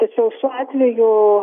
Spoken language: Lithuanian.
tačiau šiuo atveju